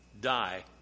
die